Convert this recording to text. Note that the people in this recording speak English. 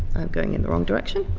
i'm going in the wrong direction,